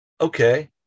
Okay